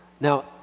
Now